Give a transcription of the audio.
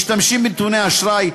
משתמשים בנתוני אשראי,